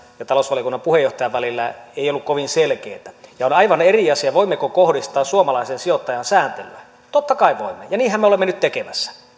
ja talousvaliokunnan puheenjohtajan välillä ei ollut kovin selkeätä on aivan eri asia voimmeko kohdistaa suomalaiseen sijoittajaan sääntelyä totta kai voimme ja niinhän me olemme nyt tekemässä